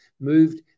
moved